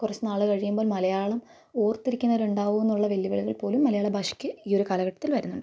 കുറച്ച് നാൾ കഴിയുമ്പം മലയാളം ഓർത്തിരിക്കുന്നവരുണ്ടാകുമോ എന്നുള്ള വെല്ലുവിളികൾ പോലും മലയാള ഭാഷക്ക് ഈ ഒരു കാലഘട്ടത്തിൽ വരുന്നുണ്ട്